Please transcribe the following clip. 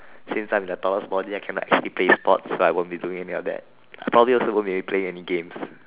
since I'm the tallest body I cannot actually play sports so I won't be doing any of that probably also won't be playing any games